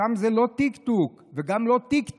שם זה לא טיקטוק וגם לא תיק-תק.